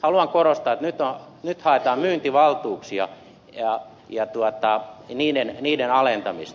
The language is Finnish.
haluan korostaa että nyt haetaan myyntivaltuuksia ja niiden alentamista